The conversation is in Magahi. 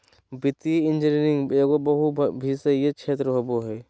वित्तीय इंजीनियरिंग एगो बहुविषयी क्षेत्र होबो हइ